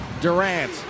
Durant